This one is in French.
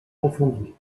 confondus